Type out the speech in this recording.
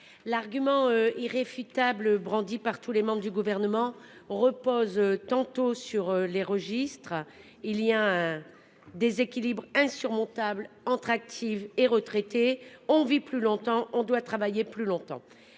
L'argument irréfutable brandie par tous les membres du gouvernement repose tantôt sur les registres. Il y a un déséquilibre insurmontable entre actifs et retraités, on vit plus longtemps on doit travailler plus longtemps